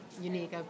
unique